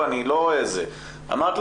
אמרת,